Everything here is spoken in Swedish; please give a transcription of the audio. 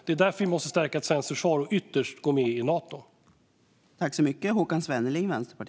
Det är därför som vi måste stärka ett svenskt försvar och ytterst gå med i Nato.